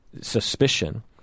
suspicion